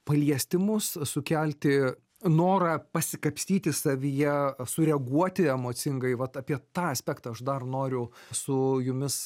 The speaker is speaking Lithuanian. paliesti mus sukelti norą pasikapstyti savyje sureaguoti emocingai vat apie tą aspektą aš dar noriu su jumis